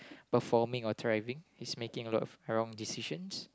performing or thriving he's making a lot of wrong decisions